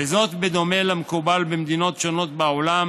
וזאת בדומה למקובל במדינות שונות בעולם,